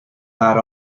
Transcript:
that